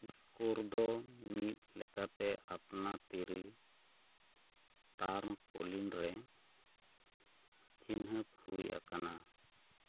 score ᱫᱚ ᱢᱤᱫ ᱞᱮᱠᱟᱛᱮ ᱟᱯᱱᱟ ᱛᱤᱨᱤ ᱴᱟᱨᱢᱯᱳᱞᱤᱱ ᱨᱮ ᱪᱤᱱᱦᱟᱹᱯ ᱦᱩᱭ ᱟᱠᱟᱱᱟ